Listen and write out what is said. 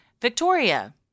Victoria